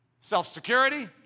self-security